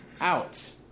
out